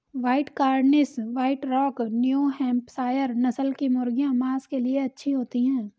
white Cornish, White Rock, New Hampshire नस्ल की मुर्गियाँ माँस के लिए अच्छी होती हैं